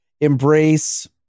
embrace